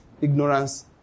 ignorance